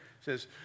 says